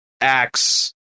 acts